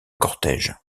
cortège